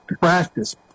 practice